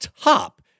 top